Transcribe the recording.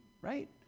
right